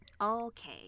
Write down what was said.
Okay